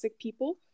people